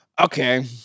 Okay